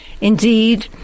Indeed